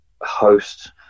host